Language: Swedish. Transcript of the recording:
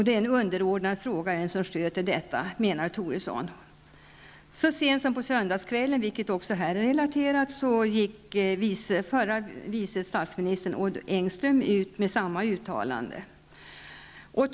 ''Det är en underordnad fråga vem som sköter detta'', menade Toresson. Som också här har relaterats gick förre vice statsministern Odd Engström så sent som på söndagskvällen ut med samma budskap.